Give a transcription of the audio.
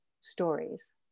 Stories